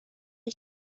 ich